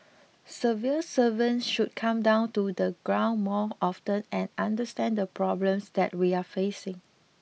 civil servants should come down to the ground more often and understand the problems that we are facing